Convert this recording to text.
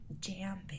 jam